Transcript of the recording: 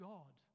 God